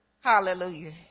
Hallelujah